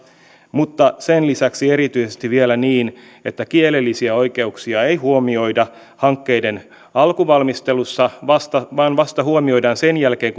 mutta sen lisäksi erityisesti vielä niin että kielellisiä oikeuksia ei huomioida hankkeiden alkuvalmistelussa vaan ne huomioidaan vasta sen jälkeen